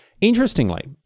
interestingly